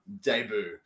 debut